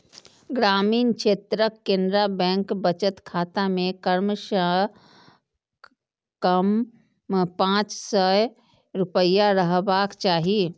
ग्रामीण क्षेत्रक केनरा बैंक बचत खाता मे कम सं कम पांच सय रुपैया रहबाक चाही